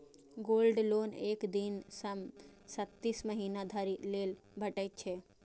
gold loan एक दिन सं छत्तीस महीना धरि लेल भेटै छै